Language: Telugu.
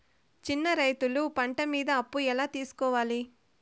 చిన్న రైతులు పంట మీద అప్పు ఎలా తీసుకోవాలి?